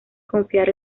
confiar